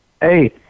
hey